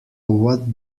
what